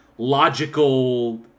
logical